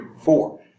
four